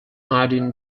iodine